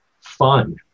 fun